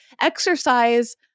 exercise